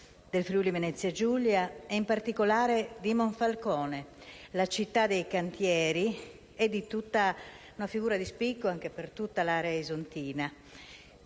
del Friuli-Venezia Giulia, in particolare di Monfalcone, la città dei cantieri. Una figura di spicco anche per tutta l'area isontina.